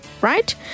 right